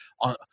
on